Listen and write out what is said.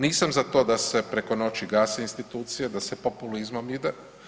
Nisam za to da se preko noći gase institucije, da se populizmom ide.